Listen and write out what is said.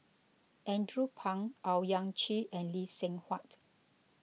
Andrew Phang Owyang Chi and Lee Seng Huat